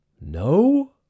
No